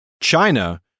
China